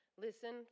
Listen